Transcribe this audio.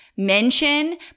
mention